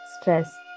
stress